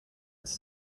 its